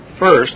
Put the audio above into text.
First